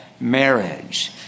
marriage